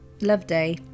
Loveday